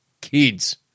Kids